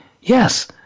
Yes